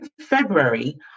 February